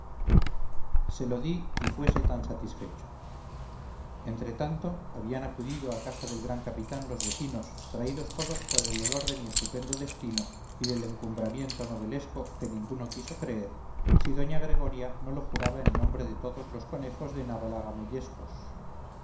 se lo di y fuese tan satisfecho entretanto habían acudido a casa del gran capitán los vecinos traídos todos por el olor de mi estupendo destino y del encumbramiento novelesco que ninguno quiso creer si doña gregoria no lo jurara en nombre de todos los conejos de